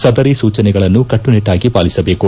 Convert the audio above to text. ಸದರಿ ಸೂಚನೆಗಳನ್ನು ಕಟ್ಟುನಿಟ್ಟಾಗಿ ಪಾಲಿಸಬೇಕು